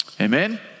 Amen